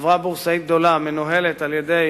חברה בורסאית גדולה מנוהלת על-ידי